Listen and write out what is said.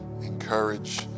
encourage